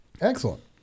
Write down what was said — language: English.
Excellent